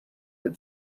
but